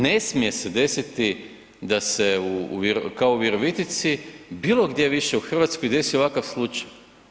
Ne smije se desiti da se kao u Virovitici bilo gdje više u Hrvatskoj desi ovakav slučaj.